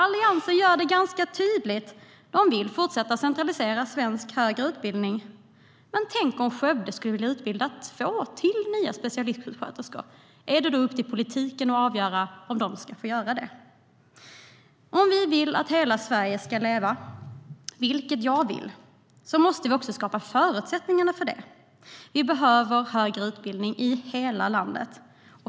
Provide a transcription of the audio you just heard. Alliansen gör det ganska tydligt att de vill fortsätta att centralisera svensk högre utbildning. Men tänk om Skövde vill utbilda två nya specialistsjuksköterskor till. Är det då upp till politiken att avgöra om de ska få göra det? Om vi vill att hela Sverige ska leva, vilket jag vill, måste vi också skapa förutsättningarna för det. Vi behöver högre utbildning i hela landet.